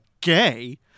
gay